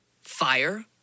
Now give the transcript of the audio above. Fire